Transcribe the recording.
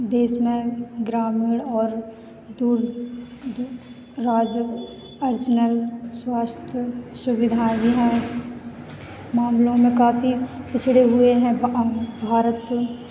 देश में ग्रामीण और दूर दराज़ स्वास्थ्य सुविधाएँ भी हैं मामलों में काफ़ी पिछड़े हुए हैं भारत